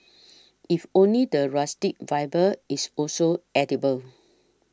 if only the rustic vibe is also edible